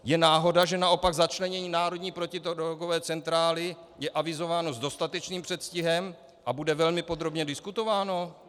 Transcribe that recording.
Je náhoda, že naopak začlenění národní protidrogové centrály je avizováno s dostatečným předstihem a bude velmi podrobně diskutováno?